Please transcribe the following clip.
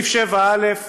7א לחוק-יסוד: